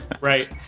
Right